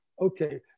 Okay